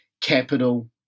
capital